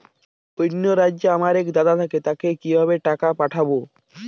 অন্য রাজ্যে আমার এক দাদা থাকে তাকে কিভাবে টাকা পাঠাবো?